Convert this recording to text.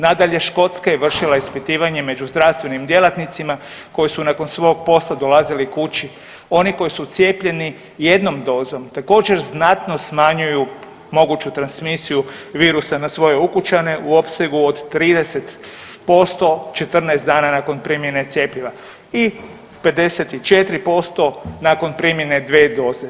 Nadalje, Škotska je vršila ispitivanje među zdravstvenim djelatnicima koji su nakon svog posla dolazili kući, oni koji su cijepljeni jednom dozom također znatno smanjuju moguću transmisiju virusa na svoje ukućane u opsegu od 30% 14 dana nakon primjene cjepiva i 54% nakon primljene dvije doze.